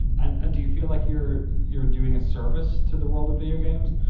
and ah do you feel like you're you're doing a service to the world of video games?